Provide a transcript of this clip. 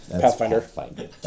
Pathfinder